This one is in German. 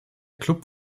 club